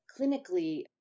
clinically